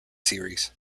series